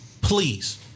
Please